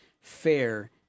fair